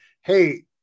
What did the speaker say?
hey